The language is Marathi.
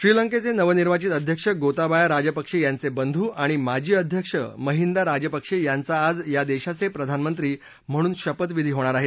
श्रीलंकेये नवनिर्वाचित अध्यक्ष गोताबाया राजपक्षे यांचे बंधू आणि माजी अध्यक्ष महिंदा राजपक्षे यांचा आज या देशाचे प्रधानमंत्री म्हणून शपथविधी होणार आहे